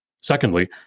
Secondly